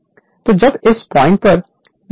तो जब इस पॉइंट पर यह टोक़ 0 है